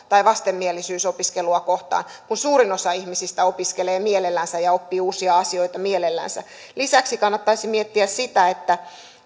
tai vastenmielisyys opiskelua kohtaan kun suurin osa ihmisistä opiskelee mielellänsä ja oppii uusia asioita mielellänsä lisäksi kannattaisi miettiä sitä